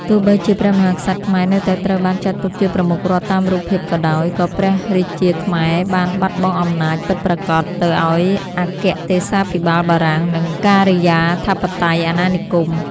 ទោះបីជាព្រះមហាក្សត្រខ្មែរនៅតែត្រូវបានចាត់ទុកជាប្រមុខរដ្ឋតាមរូបភាពក៏ដោយ ក៏ព្រះរាជាខ្មែរបានបាត់បង់អំណាចពិតប្រាកដទៅឱ្យអគ្គទេសាភិបាលបារាំង និងការិយាធិបតេយ្យអាណានិគម។